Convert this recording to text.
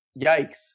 yikes